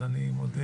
אז אני מודה,